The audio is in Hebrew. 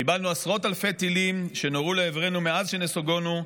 קיבלנו עשרות אלפי טילים שנורו לעברנו מאז שנסוגונו.